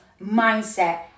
mindset